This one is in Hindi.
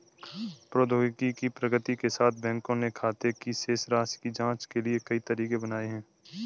प्रौद्योगिकी की प्रगति के साथ, बैंकों ने खाते की शेष राशि की जांच के लिए कई तरीके बनाए है